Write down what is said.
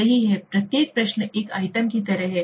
सही है प्रत्येक प्रश्न एक आइटम की तरह है